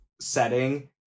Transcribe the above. setting